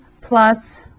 plus